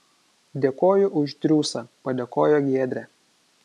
dėkoju už triūsą padėkojo giedrė